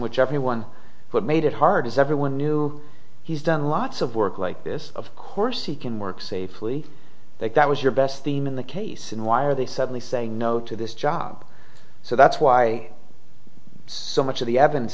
which everyone but made it hard as everyone knew he's done lots of work like this of course he can work safely that that was your best team in the case and why are they suddenly saying no to this job so that's why so much of the evidence